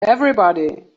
everybody